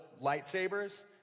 lightsabers